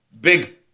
big